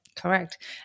Correct